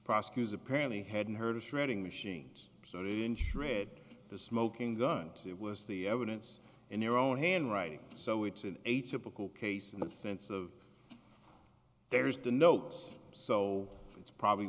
prosecutors apparently hadn't heard of shredding machines shred the smoking gun it was the evidence in their own handwriting so it's an atypical case in the sense of there's the notes so it's probably